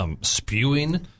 Spewing